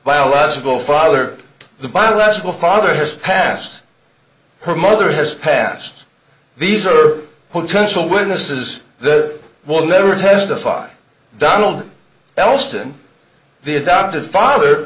biological father the biological father has passed her mother has passed these are potential witnesses that will never testify donald else than the adoptive father